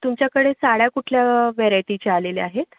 तुमच्याकडे साड्या कुठल्या व्हेरायटीच्या आलेल्या आहेत